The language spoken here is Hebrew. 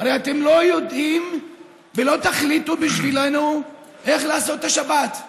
הרי אתם לא יודעים ולא תחליטו בשבילנו איך לעשות את השבת.